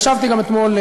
ישבתי אתמול,